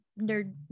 nerd